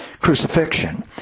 crucifixion